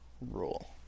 rule